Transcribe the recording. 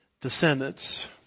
descendants